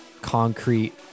concrete